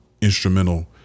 instrumental